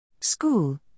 School